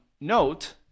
note